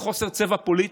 לחוסר צבע פוליטי.